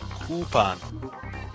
Coupon